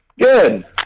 Good